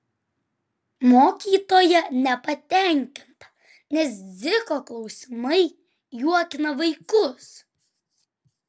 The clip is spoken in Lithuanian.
mokytoja nepatenkinta nes dziko klausimai juokina vaikus